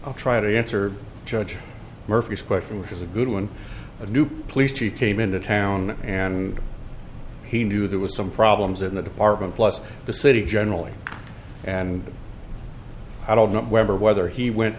i'll try to answer judge murphy's question which is a good one a new police chief came into town and he knew there was some problems in the department plus the city generally and i don't know whether whether he went